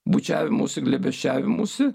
bučiavimosi glėbesčiavimųsi